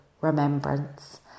remembrance